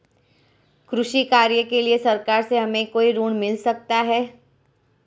कृषि कार्य के लिए सरकार से हमें कोई ऋण मिल सकता है?